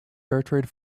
fairtrade